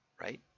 right